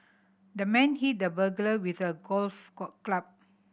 the man hit the burglar with a golf club